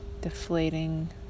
deflating